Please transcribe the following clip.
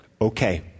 okay